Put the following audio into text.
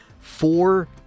four